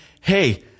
hey